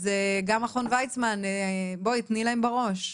אז גם מכון וייצמן בואי תני להם בראש.